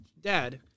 dad